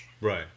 Right